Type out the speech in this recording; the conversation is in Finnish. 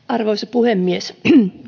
arvoisa puhemies